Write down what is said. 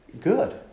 Good